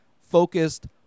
focused